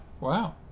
Wow